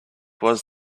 was